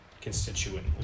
constituent